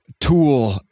tool